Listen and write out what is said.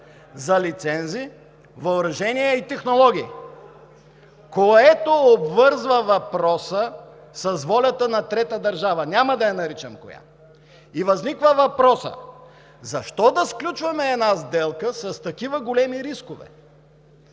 за лицензии, въоръжение и технологии, което обвързва въпроса с волята на трета държава – няма да я наричам коя е. И възниква въпросът: защо да сключваме една сделка с такива големи рискове?